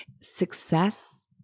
Success